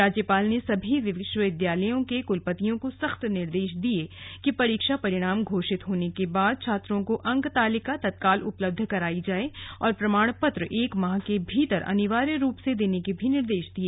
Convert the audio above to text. राज्यपाल ने सभी विश्वविद्यालयों के कुलपतियों को सख्त निर्देश दिए कि परीक्षा परिणाम घोषित होने के बाद छात्रों को अंक तालिका तत्काल उपलब्ध कराया जाए और प्रमाण पत्र एक माह के भीतर अनिवार्य रूप से देने के निर्देश दिए